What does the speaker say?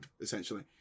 essentially